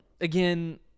Again